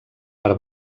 per